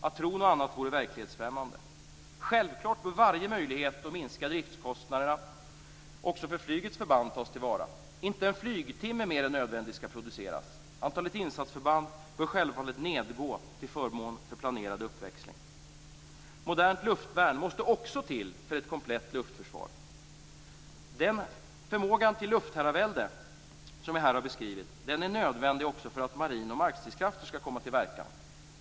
Att tro något annat vore verklighetsfrämmande. Självfallet bör varje möjlighet att minska driftskostnaderna också för flygets förband tas till vara. Inte en flygtimme mer än nödvändigt skall produceras. Antalet insatsförband bör självfallet minska till förmån för planerad uppväxling. Modernt luftvärn måste till för ett komplett luftförsvar. Den förmåga till luftherravälde som jag här har beskrivit är nödvändig också för att marin och markstridskrafter skall komma till verkan.